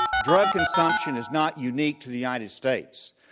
drug consumption is not unique to the united states.